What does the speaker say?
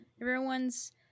everyone's